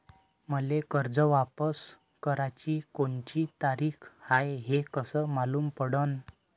मले कर्ज वापस कराची कोनची तारीख हाय हे कस मालूम पडनं?